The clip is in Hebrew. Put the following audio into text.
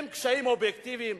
קשיים אובייקטיביים.